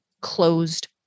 closed